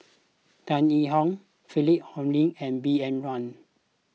Tan Yee Hong Philip Hoalim and B N Rao